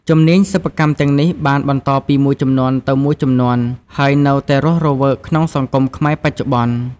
ជំនាញសិប្បកម្មទាំងនេះបានបន្តពីមួយជំនាន់ទៅមួយជំនាន់ ហើយនៅតែរស់រវើកក្នុងសង្គមខ្មែរបច្ចុប្បន្ន។